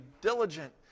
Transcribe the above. diligent